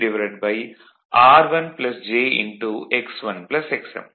அடுத்து Vab Vth என்பது இந்த சீரிஸ் பகுதியான jxm குறுக்கே உள்ள வோல்டேஜ் ஆகும்